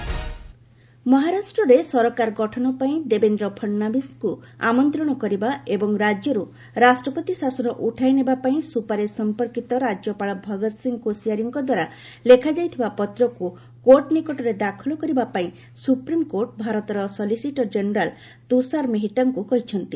SC ମହା ମହାରାଷ୍ଟ୍ରରେ ସରକାର ଗଠନ ପାଇଁ ଦେବେନ୍ଦ୍ର ପଡନାବିସ୍ଙ୍କୁ ଆମନ୍ତ୍ରଣ କରିବା ଏବଂ ରାଜ୍ୟରୁ ରାଷ୍ଟ୍ରପତି ଶାସନ ଉଠାଇ ନେବା ପାଇଁ ସୁପାରିସ୍ ସମ୍ପର୍କିତ ରାଜ୍ୟପାଳ ଭଗତ ସିଂହ କୋସିଆରୀଙ୍କ ଦ୍ୱାରା ଲେଖାଯାଇଥିବା ପତ୍ରକୁ କୋର୍ଟ ନିକଟରେ ଦାଖଲ କରିବା ପାଇଁ ସୁପ୍ରିମକୋର୍ଟ ଭାରତର ସଲିସିଟର ଜେନେରାଲ ତୁଷାର ମେହେଟ୍ଟାଙ୍କୁ କହିଛନ୍ତି